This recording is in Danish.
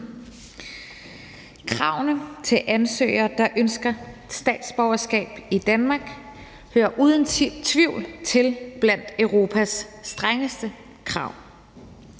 Kravene til ansøgere, der ønsker statsborgerskab i Danmark, hører uden tvivl til blandt Europas strengeste krav.